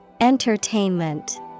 Entertainment